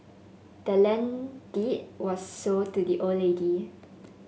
the land deed was sold to the old lady